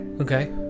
Okay